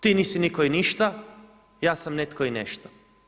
Ti nisi nitko i ništa, ja sam netko i nešto.